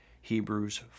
Hebrews